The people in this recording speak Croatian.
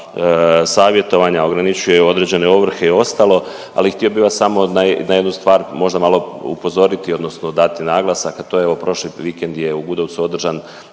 savjetovanja, ograničuje određene ovrhe i ostalo, ali htio bih vas samo na jednu stvar možda malo upozoriti, odnosno dati naglasak, a to je, evo, prošli vikend je u Gudovcu održan